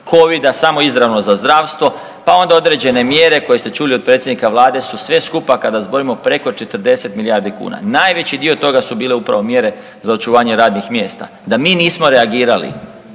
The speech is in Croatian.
Covida samo izravno za zdravstvo, pa onda određene mjere koje ste čuli od predsjednika Vlade su sve skupa kada zbrojimo preko 40 milijardi kuna. Najveći dio toga su bile upravo mjere za očuvanje radnih mjesta. Da mi nismo reagirali